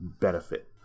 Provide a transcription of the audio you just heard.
benefit